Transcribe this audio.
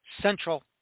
Central